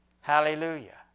Hallelujah